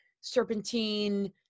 serpentine